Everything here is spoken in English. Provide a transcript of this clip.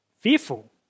fearful